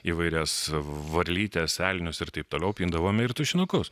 įvairias varlytes elnius ir taip toliau pindavome ir tušinukus